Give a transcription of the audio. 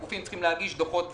הגופים צריכים להגיש דוחות ביצוע,